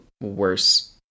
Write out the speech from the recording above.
worse